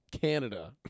Canada